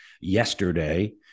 yesterday